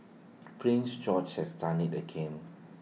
prince George has done IT again